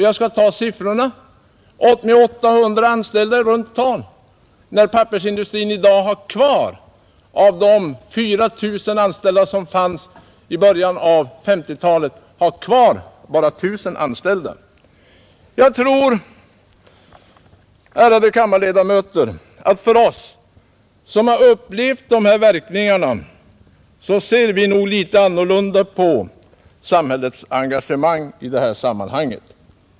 Jag skall nämna några siffror: Dessa företag har i runt tal 800 anställda, medan pappersindustrin i dag av de 4 000 anställda som fanns i början av 1950—talet har kvar endast 1 000 anställda. Jag tror, ärade kammarledamöter, att vi som upplevt dessa verkningar nog ser litet annorlunda på samhällets engagemang i detta sammanhang.